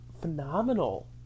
phenomenal